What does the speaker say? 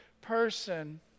person